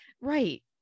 right